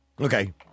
okay